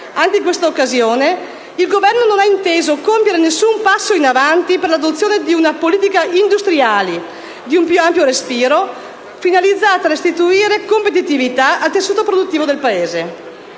anche in questa occasione, il Governo non abbia inteso compiere nessun passo avanti per l'adozione di una politica industriale di più ampio respiro, finalizzata a restituire competitività al tessuto produttivo del Paese.